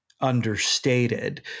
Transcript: understated